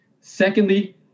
Secondly